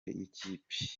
y’ikipe